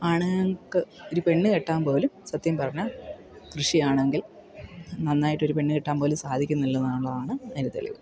ആണുങ്ങൾക്ക് ഒരു പെണ്ണ് കെട്ടാൻ പോലും സത്യം പറഞ്ഞാൽ കൃഷിയാണെങ്കിൽ നന്നായിട്ടൊരു പെണ്ണ് കെട്ടാൻ പോലും സാധിക്കുന്നില്ല എന്നുള്ളതാണ് അതിൻ്റെ തെളിവ്